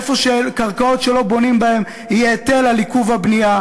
איפה שיש קרקעות שלא בונים עליהן יהיה היטל על עיכוב הבנייה,